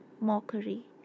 mockery